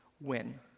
win